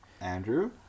Andrew